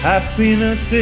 Happiness